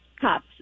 cops